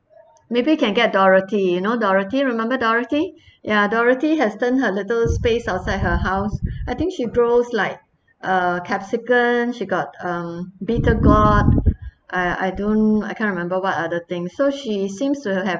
maybe can get dorothy you know dorothy remember dorothy ya dorothy has turned her little space outside her house I think she grows like uh capsicum she got um bitter gourd uh I don't I can't remember what other thing so she seems to have